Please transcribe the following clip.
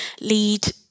lead